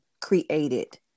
created